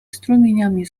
strumieniami